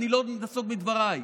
ואני לא נסוג מדבריי.